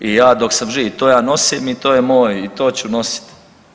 I ja dok sam živ to ja nosim i to je moj i to ću nositi.